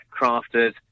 crafted